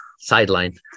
sideline